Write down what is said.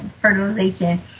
fertilization